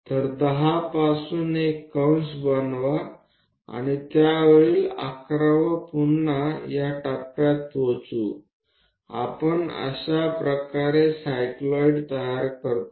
तर 10 पासून एक कंस बनवा आणि त्यावरील 11 व पुन्हा त्या टप्प्यात पोहोचू आपण अशा प्रकारे सायक्लोईड तयार करतो